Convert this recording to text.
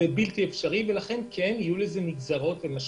ולכן יהיו לכך נגזרות ומשמעויות.